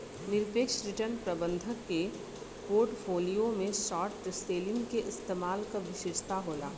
निरपेक्ष रिटर्न प्रबंधक के पोर्टफोलियो में शॉर्ट सेलिंग के इस्तेमाल क विशेषता होला